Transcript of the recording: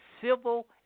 civil